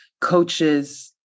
coaches